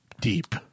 deep